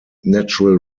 natural